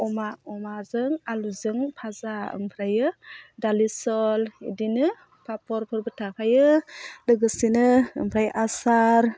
अमा अमाजों आलुजों फाजा ओमफ्रायो दालि जहल बिदिनो पापरफोरबो थाफायो लोगोसेनो ओमफ्राय आसार